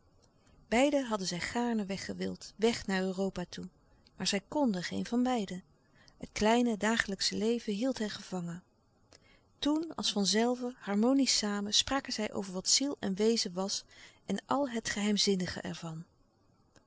beiden hadden zij gaarne weg gewild weg naar europa toe maar zij konden geen van beiden het kleine dagelijksche leven hield hen gevangen toen als van zelve harmonisch samen spraken zij over wat ziel en wezen was en al het geheimzinnige ervan